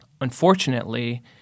Unfortunately